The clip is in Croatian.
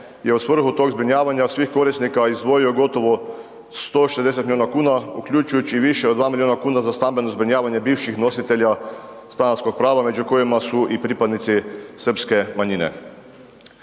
je u svrhu tog zbrinjavanja svih korisnika, izdvojio gotovo 160 milijuna kuna uključujući i više od 2 milijuna kuna za stambeno zbrinjavanje bivših nositelja stanarskog prava među kojima su i pripadnici srpske manjine.